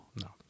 No